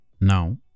now